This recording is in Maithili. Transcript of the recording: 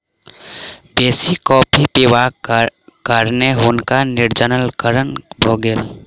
बेसी कॉफ़ी पिबाक कारणें हुनका निर्जलीकरण भ गेल